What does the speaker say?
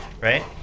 Right